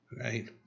right